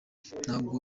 ntabwo